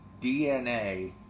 DNA